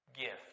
gift